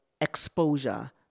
exposure